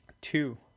Two